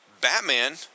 Batman